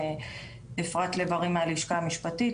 אפרת לב ארי מהלשכה המשפטית,